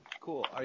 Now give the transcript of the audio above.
Cool